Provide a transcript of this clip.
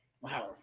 wow